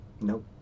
Nope